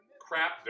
crap